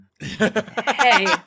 hey